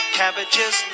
cabbages